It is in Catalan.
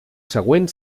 següent